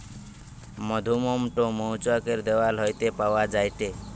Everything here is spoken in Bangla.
মধুমোম টো মৌচাক এর দেওয়াল হইতে পাওয়া যায়টে